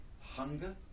hunger